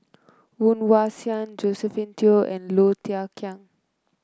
Woon Wah Siang Josephine Teo and Low Thia Khiang